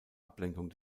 ablenkung